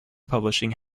publishing